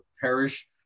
parish